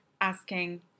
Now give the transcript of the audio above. asking